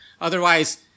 Otherwise